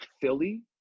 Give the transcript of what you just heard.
Philly